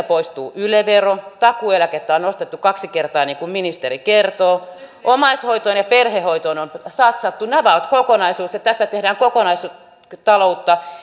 poistuu yle vero takuueläkettä on nostettu kaksi kertaa niin kuin ministeri kertoo omaishoitoon ja perhehoitoon on satsattu nämä ovat kokonaisuus ja tässä tehdään kokonaistaloutta